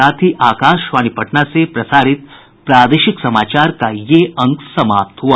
इसके साथ ही आकाशवाणी पटना से प्रसारित प्रादेशिक समाचार का ये अंक समाप्त हुआ